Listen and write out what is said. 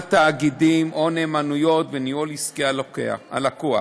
הקמת תאגידים או נאמנויות וניהול עסקי הלקוח.